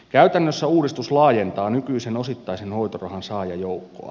käytännössä uudistus laajentaa nykyisen osittaisen hoitorahan saajajoukkoa